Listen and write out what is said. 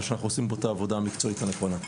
ושאנחנו עושים בו את העבודה המקצועית הנכונה.